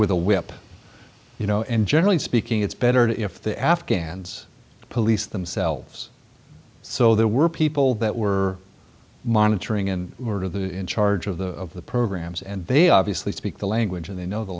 with a whip you know and generally speaking it's better if the afghans police themselves so there were people that were monitoring and were that in charge of the of the programs and they obviously speak the language and they know the